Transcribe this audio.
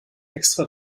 extra